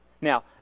Now